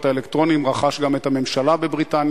האלקטרוניים הוא רכש גם את הממשלה בבריטניה,